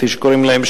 כמו שקוראים להם,